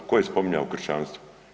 Tko je spominjao kršćanstvo?